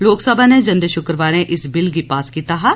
लोकसभा नै जंदे शुक्रवारें इस बिल गी पास कीता हा